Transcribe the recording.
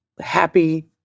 happy